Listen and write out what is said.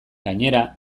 gainera